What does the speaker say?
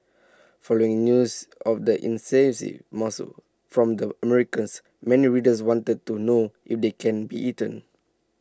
following news of the mussel from the Americas many readers wanted to know if they can be eaten